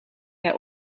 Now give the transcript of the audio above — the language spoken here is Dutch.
jij